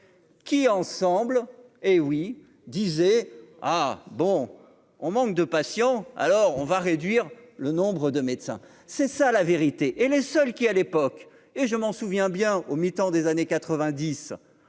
qui, ensemble, hé oui, disait : ah bon, on manque de patients, alors on va réduire le nombre de médecins, c'est ça la vérité et les seuls qui à l'époque et je m'en souviens bien au mitan des années 90